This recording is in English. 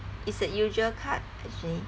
it's a usual card actually